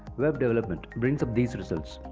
web development brings up these results.